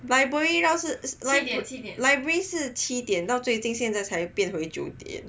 library 倒是 lib~ library 是七点到最近现在才变九点